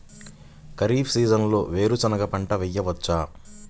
ఖరీఫ్ సీజన్లో వేరు శెనగ పంట వేయచ్చా?